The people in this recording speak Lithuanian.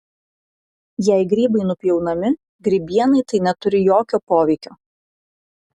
jei grybai nupjaunami grybienai tai neturi jokio poveikio